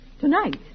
Tonight